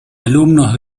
alumnos